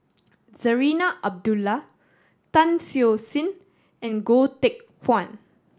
Zarinah Abdullah Tan Siew Sin and Goh Teck Phuan